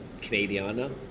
Canadiana